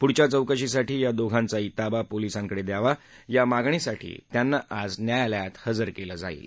पुढच्या चौकशीसाठी या दोघांचाही ताबा पोलीसांकडे द्यावा या मागणीसाठी त्यांना आज न्यायालयात हजर केलं जाईल